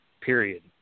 period